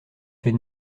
fait